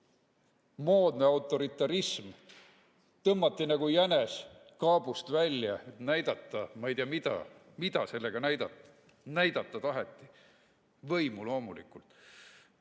Moodne autoritarism tõmmati nagu jänes kaabust välja, et näidata ma ei tea mida. Mida sellega näidata taheti? Võimu loomulikult.